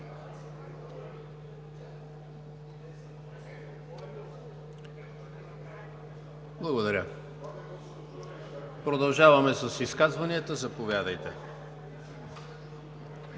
и реплики.) Продължаваме с изказванията. Заповядайте.